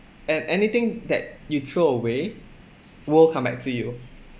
and anything that you throw away will come back to you